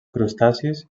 crustacis